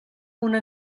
una